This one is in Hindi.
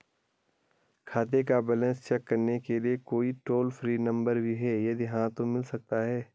खाते का बैलेंस चेक करने के लिए कोई टॉल फ्री नम्बर भी है यदि हाँ तो मिल सकता है?